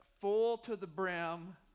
full-to-the-brim